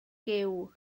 giw